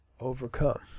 overcome